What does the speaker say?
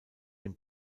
dem